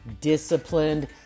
disciplined